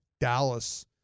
Dallas